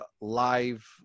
live